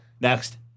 Next